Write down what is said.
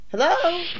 Hello